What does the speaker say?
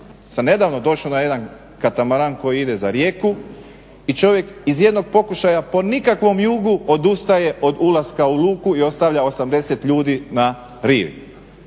nedavno došao na jedan katamaran koji ide za Rijeku i čovjek iz jednog pokušaja po nikakvom jugu odustaje od ulaska u luku i ostavlja 80 ljudi na rivi.